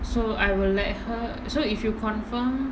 so I will let her so if you confirm